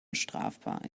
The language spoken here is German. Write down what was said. strafbar